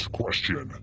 question